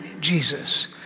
Jesus